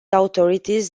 authorities